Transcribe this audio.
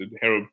help